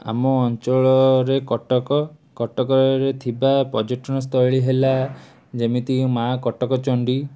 ଆମ ଅଞ୍ଚଳରେ କଟକ କଟକରେ ଥିବା ପର୍ଯ୍ୟଟନସ୍ଥଳୀ ହେଲା ଯେମିତିକି ମାଁ କଟକଚଣ୍ଡୀ